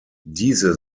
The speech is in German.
diese